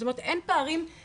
זאת אומרת אין פערים בהשכלה.